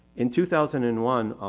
in two thousand and one,